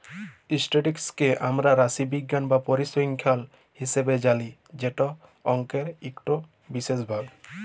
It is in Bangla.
ইসট্যাটিসটিকস কে আমরা রাশিবিজ্ঞাল বা পরিসংখ্যাল হিসাবে জালি যেট অংকের ইকট বিশেষ ভাগ